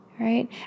Right